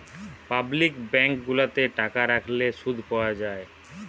public bank গুলাতে টাকা রাখলে শুধ পাওয়া যায়